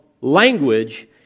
language